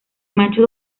macho